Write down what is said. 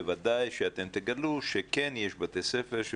בוודאי תגלו שכן יש בתי ספר,